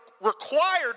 required